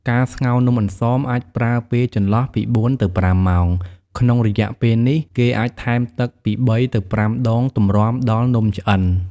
ការស្ងោរនំអន្សម អាចប្រើពេលចន្លោះពី៤ ទៅ៥ម៉ោង ក្នុងរយៈពេលនេះ គេអាចថែមទឹកពី៣ ទៅ៥ដងទម្រាំដល់នំឆ្អិន។